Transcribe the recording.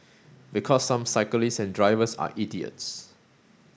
because some cyclists and drivers are idiots